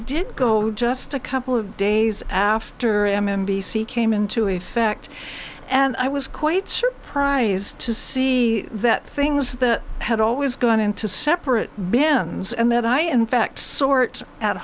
did go just a couple of days after m m b c came into effect and i was quite surprised to see that things that had always gone into separate bands and that i in fact sort at